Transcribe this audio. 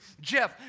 Jeff